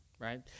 right